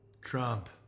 Trump